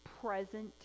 present